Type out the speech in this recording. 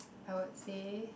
I would say